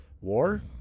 War